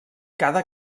cada